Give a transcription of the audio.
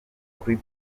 kuri